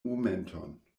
momenton